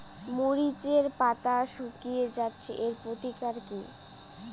মরিচের পাতা শুকিয়ে যাচ্ছে এর প্রতিকার কি?